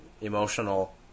emotional